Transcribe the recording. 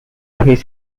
his